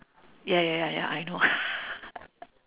ya ya ya ya I know